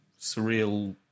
surreal